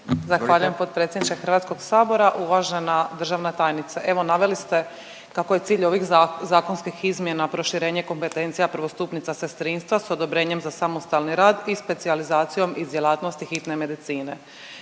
Zahvaljujem potpredsjedniče Hrvatskog sabora. Uvažena državna tajnice evo naveli ste kako je cilj ovih zakonskih izmjena proširenje kompetencija prvostupnica sestrinstva sa odobrenjem za samostalni rad i specijalizacijom iz djelatnosti hitne medicine.